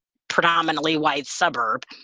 predominantly white suburb.